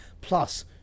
plus